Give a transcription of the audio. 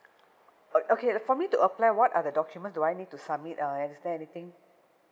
uh okay for me to apply what are the document do I need to submit ah is there anything